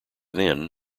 then